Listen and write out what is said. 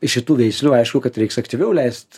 iš kitų veislių aišku kad reiks aktyviau leist